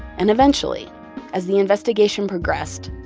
and eventually as the investigation progressed,